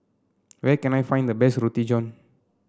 where can I find the best Roti John